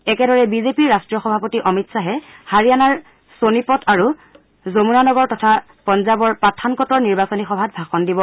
একেদৰে বিজেপিৰ ৰাট্টীয় সভাপতি অমিত খাহে হাৰিয়ানাৰ ছনিপত আৰু জমুনানগৰ তথা পঞ্জাৱৰ পাঠানকটৰ নিৰ্বাচনী সভাত ভাষণ দিব